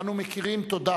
אנו מכירים תודה